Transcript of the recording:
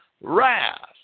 wrath